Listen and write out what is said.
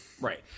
Right